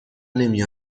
نمی